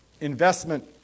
investment